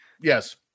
Yes